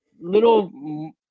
little –